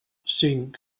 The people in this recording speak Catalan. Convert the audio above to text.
cinc